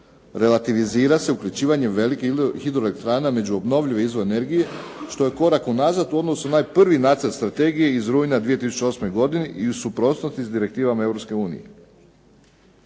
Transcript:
relativizira se uključivanjem velikim hidroelektrana među obnovljive izvore energije što je korak unazad u odnosu na onaj prvi nacrt strategije iz rujna 2008. godine i u suprotnosti s direktivama